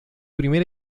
primer